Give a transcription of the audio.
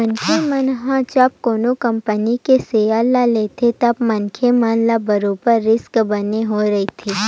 मनखे मन ह जब कोनो कंपनी के सेयर ल लेथे तब मनखे मन ल बरोबर रिस्क बने होय रहिथे